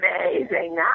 amazing